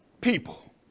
people